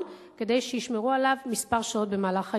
כדי שישמרו עליו שעות מספר במהלך היום.